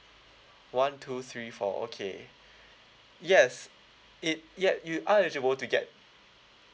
one two three four okay yes it yeah you are eligible to get